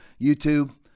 YouTube